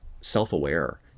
self-aware